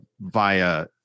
via